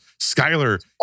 Skyler